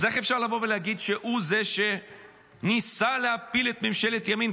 אז איך אפשר לבוא ולהגיד שהוא זה שניסה להפיל את ממשלת הימין,